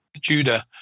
judah